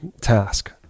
task